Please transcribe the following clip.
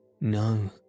No